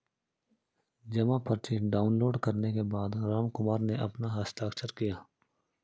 जमा पर्ची डाउनलोड करने के बाद रामकुमार ने अपना हस्ताक्षर किया